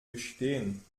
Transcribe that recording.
gestehen